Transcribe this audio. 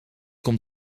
komt